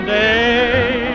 day